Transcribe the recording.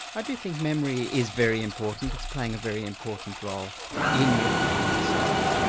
i do think memory is very important it's playing a very important role in unifying yourself.